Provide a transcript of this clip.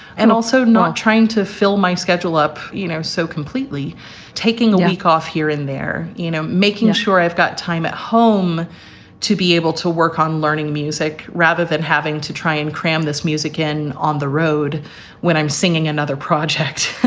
and also not trying to fill my schedule up, you know, so completely taking a week off here in there, you know, making sure i've got time at home to be able to work on learning music rather than having to try and cram this music in on the road when i'm singing another project